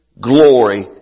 glory